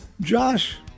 Josh